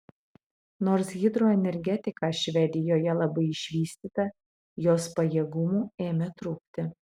nors hidroenergetika švedijoje labai išvystyta jos pajėgumų ėmė trūkti